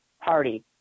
party